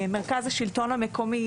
מרכז השלטון המקומי,